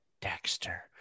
Dexter